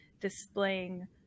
displaying